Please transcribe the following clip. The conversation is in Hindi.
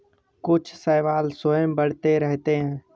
कुछ शैवाल स्वयं बढ़ते रहते हैं